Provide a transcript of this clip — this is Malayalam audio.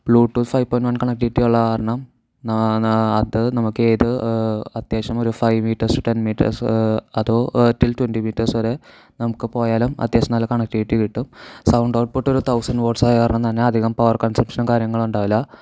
Bluetooth five point one connectivity ഉള്ള കാരണം അത് നമുക്കേത് അത്യാവിശ്യം ഒരു five meters to ten meters അതോ റ്റിൽ ട്വൻ്റി മീറ്റേർസ് വരെ നമുക്ക് പോയാലും അത്യാവശ്യം നല്ല കണക്റ്റിവിറ്റി കിട്ടും സൗണ്ട് ഔട്ട്പുട്ട് ഒരു തൗസൻ്റ് വാട്ട്സ് ആയതുകാരണം തന്നെ അധികം പവർ കൺസപ്ഷനും കാര്യങ്ങളും ഉണ്ടാവില്ല